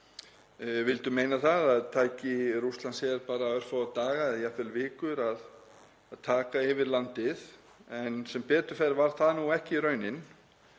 tíma meina að það tæki Rússlandsher bara örfáa daga eða jafnvel vikur að taka yfir landið en sem betur fer var það nú ekki raunin.